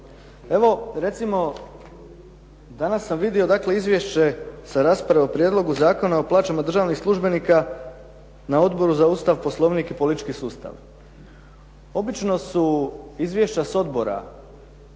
Evo recimo, danas sam vidio izvješće sa rasprave o Prijedlogu Zakona o plaćama državnih službenika na Odboru za Ustav, Poslovnik i politički sustav. Obično su izvješća s odbora,